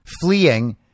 fleeing